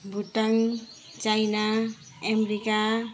Bhotang China America